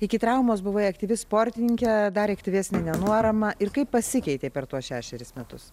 iki traumos buvai aktyvi sportininkė dar aktyvesnė nenuorama ir kaip pasikeitei per tuos šešerius metus